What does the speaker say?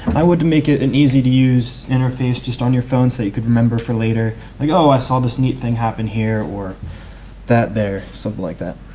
i would make it a and easy to use interface just on your phone so that you could remember for later. like oh i saw this neat thing happen here or that there something like that.